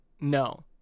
No